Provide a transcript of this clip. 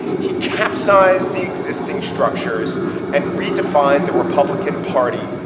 he capsize the existing structures and redefine the republican party,